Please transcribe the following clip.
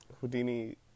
Houdini